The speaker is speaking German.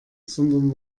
sondern